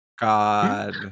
God